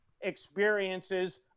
experiences